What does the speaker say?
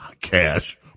cash